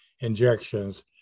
injections